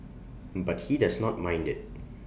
but he does not mind IT